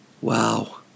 wow